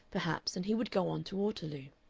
perhaps, and he would go on to waterloo.